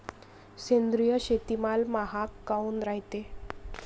सेंद्रिय शेतीमाल महाग काऊन रायते?